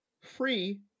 free